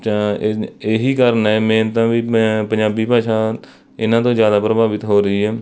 ਜਾਂ ਇ ਇਹੀ ਕਾਰਨ ਹੈ ਮੇਨ ਤਾਂ ਵੀ ਪੰਜਾਬੀ ਭਾਸ਼ਾ ਇਹਨਾਂ ਤੋਂ ਜ਼ਿਆਦਾ ਪ੍ਰਭਾਵਿਤ ਹੋ ਰਹੀ ਹੈ